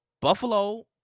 Buffalo